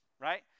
Right